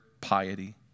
piety